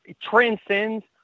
transcends